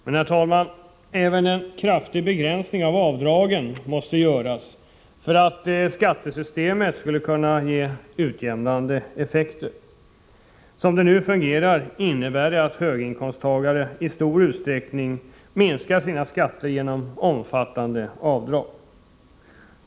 Men, herr talman, även en kraftig begränsning av avdragen måste göras för att skattesystemet skall kunna ge utjämnande effekter. Som systemet nu fungerar innebär det att höginkomsttagare i stor utsträckning minskar sina skatter genom omfattande avdrag.